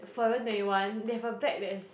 Forever twenty one they have a bag that's